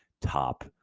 top